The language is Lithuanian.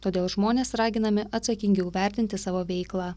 todėl žmonės raginami atsakingiau vertinti savo veiklą